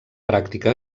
pràctica